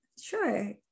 sure